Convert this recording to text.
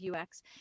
UX